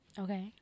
okay